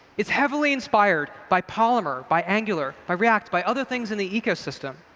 it's heavily inspired by polymer, by angular, by react, by other things in the ecosystem.